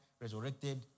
resurrected